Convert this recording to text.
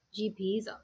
GPs